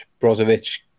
Brozovic